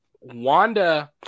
Wanda